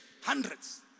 hundreds